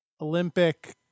Olympic